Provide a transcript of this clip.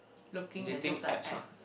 looking at just the app